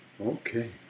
Okay